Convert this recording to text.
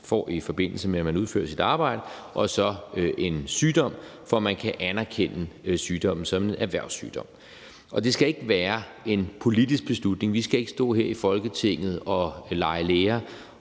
i forbindelse med at man udfører sit arbejde, og så en sygdom, for at man kan anerkende sygdommen som en erhvervssygdom. Det skal ikke være en politisk beslutning; vi skal ikke stå her i Folketinget og lege læger